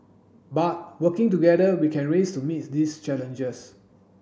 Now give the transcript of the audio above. but working together we can raise to meet these challenges